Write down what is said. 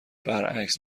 برعکس